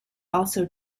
also